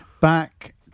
back